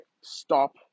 stop